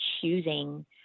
choosing